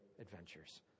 adventures